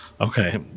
Okay